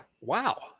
Wow